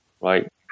right